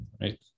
right